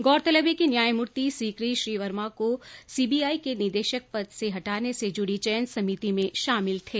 गौरतलब है कि न्यायमूर्ति सिकरी श्री वर्मा को सीबीआई के निदेशक पद से हटाने से जुड़ी चयन समिति में शामिल थे